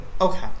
Okay